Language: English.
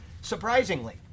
Surprisingly